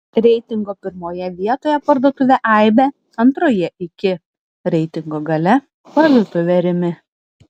reitingo pirmoje vietoje parduotuvė aibė antroje iki reitingo gale parduotuvė rimi